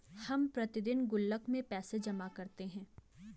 हम प्रतिदिन गुल्लक में पैसे जमा करते है